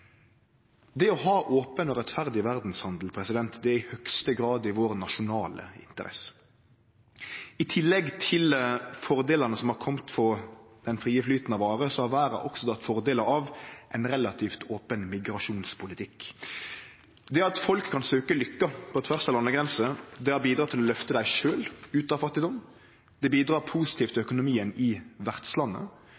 Det å ha ein open og rettferdig verdshandel er i høgste grad i vår nasjonale interesse. I tillegg til fordelane som har kome frå den frie flyten av varer, har verda også dratt fordelar av ein relativt open migrasjonspolitikk. Det at folk kan søkje lukka på tvers av landegrenser, har bidratt til å løfte dei sjølve ut av fattigdom. Det bidrar positivt til